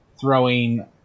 throwing